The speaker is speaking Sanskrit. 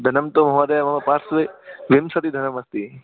धनं तु महोदय मम पार्श्वे विंशतिः धनमस्ति